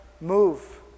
move